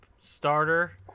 Starter